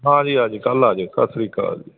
ਹਾਂਜੀ ਹਾਂਜੀ ਕੱਲ੍ਹ ਆ ਜਿਓ ਸਤਿ ਸ਼੍ਰੀ ਅਕਾਲ ਜੀ